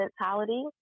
mentality